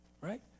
Right